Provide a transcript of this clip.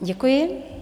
Děkuji.